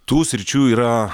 tų sričių yra